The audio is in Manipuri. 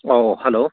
ꯑꯣ ꯍꯜꯂꯣ